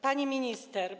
Pani Minister!